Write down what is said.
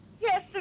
Yes